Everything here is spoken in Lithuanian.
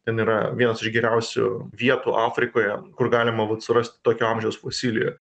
ten yra vienos iš geriausių vietų afrikoje kur galima būtų surasti tokio amžiaus fosilijų